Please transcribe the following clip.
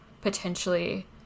potentially